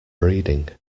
breeding